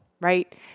right